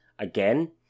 Again